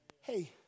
Hey